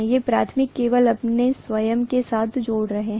ये प्राथमिक केवल अपने स्वयं के साथ जोड़ रहे हैं